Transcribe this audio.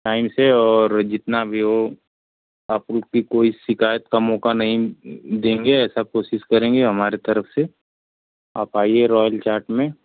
time से और जितना भी हो आप लोग की कोई शिकायत का मौका नही देंगे ऐसा कोशिश करेंगे हमारे तरफ से आप आइए रोयल चाट में